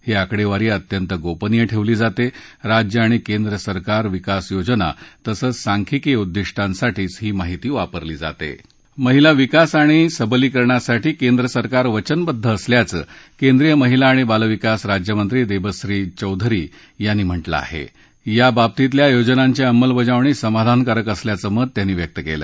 ही आकडद्वारी अत्यंत गोपनीय ठद्वारी जाता विज्य आणि केंद्र सरकार विकासयोजना तसंच सांख्यिकी उद्विद्यासाठीच ही माहिती वापरली जाता महिला विकास आणि सबलीकरणासाठी केंद्र सरकार वचनबद्ध असल्याचं केंद्रीय महिला आणि बालविकास राज्यमंत्री दक्षिी चौधरी यांनी म्हटलं आह शि बाबतीतल्या योजनांची अंमलबजावणी समाधानकारक असल्याचं मत त्यांनी व्यक्त कल्ल